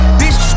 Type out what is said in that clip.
bitch